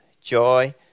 joy